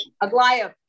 Aglaya